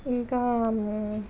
ఇంకా